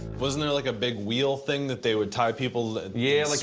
wasn't there, like, a big wheel thing that they would tie people yeah, like